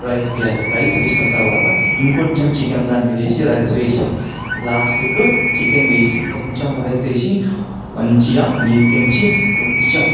rice వేయాలి rice వేసిన తరువాత ఇంకొంచెం చికెన్ దాని మీద వేసి రైస్ వేసి లాస్ట్కు చికెన్ వేసి కొంచెం రైస్ వేసి మంచిగా మీదినుంచి కొంచెం